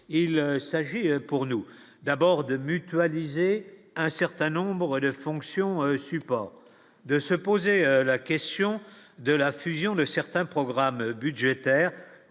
il s'agit pour nous d'abord de mutualiser un certain nombre de fonctions supports de se poser la question de la fusion de certains programmes budgétaires,